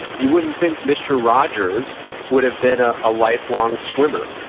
you wouldn't think mr. rogers would have been a lifelong swimmer,